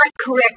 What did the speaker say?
correct